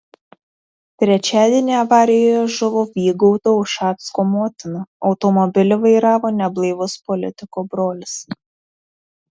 trečiadienį avarijoje žuvo vygaudo ušacko motina automobilį vairavo neblaivus politiko brolis